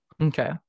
Okay